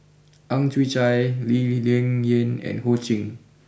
Ang Chwee Chai Lee Ling Yen and Ho Ching